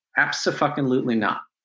absofuckinglutely not.